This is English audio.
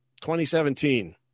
2017